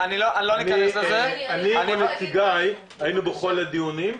אני או נציגיי היינו בכל הדיונים.